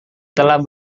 telah